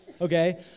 okay